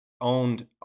owned